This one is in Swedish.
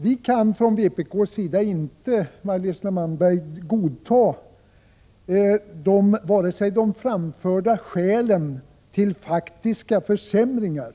Maj-Lis Landberg, från vpk:s sida kan vi inte godta vare sig de framförda skälen till faktiska försämringar